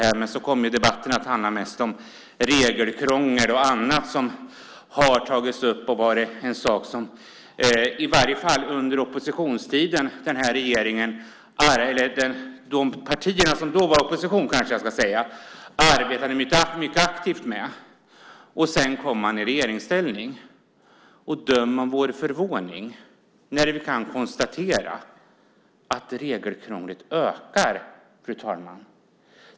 Debatten kom dock mest att handla om regelkrångel och annat som de nuvarande regeringspartierna, åtminstone under den tid de var i opposition, arbetade mycket aktivt med. Sedan kom de i regeringsställning, och döm om vår förvåning, fru talman, när vi kunde konstatera att regelkrånglet ökar.